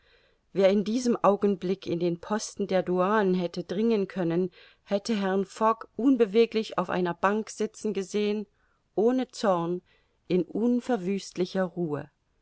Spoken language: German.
wer in diesem augenblick in den posten der douane hätte dringen können hätte herrn fogg unbeweglich auf einer bank sitzen gesehen ohne zorn in unverwüstlicher ruhe